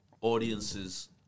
audiences